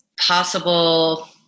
possible